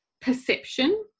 perception